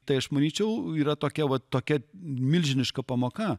tai aš manyčiau yra tokia vat tokia milžiniška pamoka